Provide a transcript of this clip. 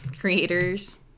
Creators